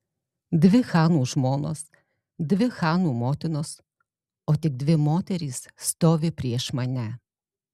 dvi chanų žmonos dvi chanų motinos o tik dvi moterys stovi prieš mane